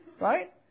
right